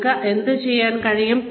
നിങ്ങൾക്ക് എന്ത് ചെയ്യാൻ കഴിയും